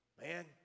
Man